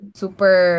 super